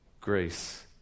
grace